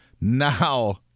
Now